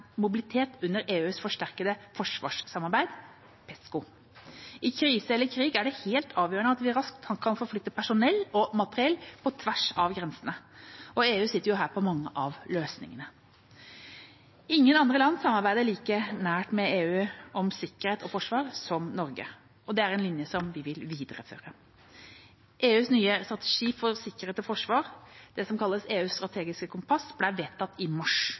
mobilitet under EUs forsterkede forsvarssamarbeid, PESCO. I krise eller krig er det helt avgjørende at vi raskt kan forflytte personell og materiell på tvers av grensene. EU sitter her på mange av løsningene. Ingen andre land samarbeider like nært med EU om sikkerhet og forsvar som Norge. Det er en linje vi vil videreføre. EUs nye strategi for sikkerhet og forsvar, det som kalles EUs strategiske kompass, ble vedtatt i mars.